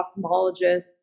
ophthalmologists